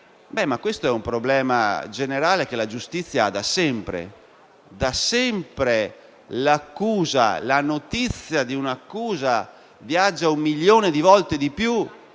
Questo è però un problema generale che la giustizia ha da sempre. Da sempre la notizia di un'accusa viaggia un milione di volte di più